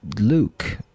Luke